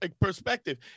perspective